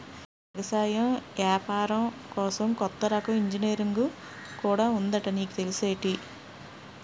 ఎగసాయం ఏపారం కోసం కొత్త రకం ఇంజనీరుంగు కూడా ఉందట నీకు తెల్సేటి?